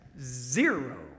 zero